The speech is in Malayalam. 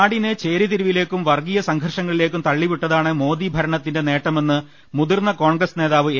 നാടിനെ ചേരിതിരിവിലേക്കും വർഗ്ഗീയ സംഘർഷങ്ങളിലേക്കും തള്ളി വിട്ടതാണ് മോദി ഭരണത്തിന്റെ നേട്ടമെന്ന് മുതിർന്ന കോൺഗ്രസ് നേതാവ് എ